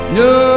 no